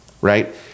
Right